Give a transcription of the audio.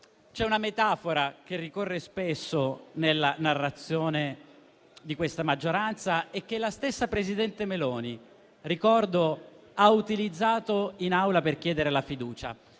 C'è una metafora che ricorre spesso nella narrazione di questa maggioranza e che la stessa presidente Meloni ha utilizzato in Aula per chiedere la fiducia